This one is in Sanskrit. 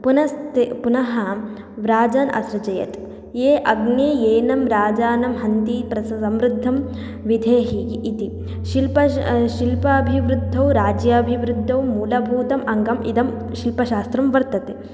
पुनस्ते पुनः व्राजन् असृजयत् ये अग्ने एनं राजानं हन्ति प्रस समृद्धं विधेहि इति शिल्पं शिल्पाभिवृद्धौ राज्याभिवृद्धौ मूलभूतम् अङ्गम् इदं शिल्पशास्त्रं वर्तते